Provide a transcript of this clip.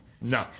no